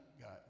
God